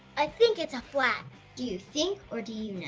i think it's a flat. do you think or do you